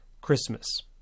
Christmas